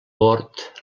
bord